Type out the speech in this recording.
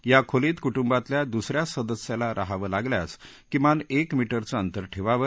या खोलीत कुटुंबातल्या दूसऱ्या सदस्याला राहावं लागल्यास किमान एक मिटरचं अंतर ठेवावं